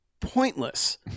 pointless